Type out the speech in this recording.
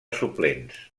suplents